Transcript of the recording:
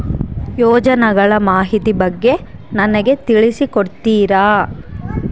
ಯೋಜನೆಗಳ ಮಾಹಿತಿ ಬಗ್ಗೆ ನನಗೆ ತಿಳಿಸಿ ಕೊಡ್ತೇರಾ?